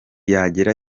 yagera